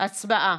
הצבעה.